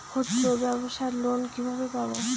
ক্ষুদ্রব্যাবসার লোন কিভাবে পাব?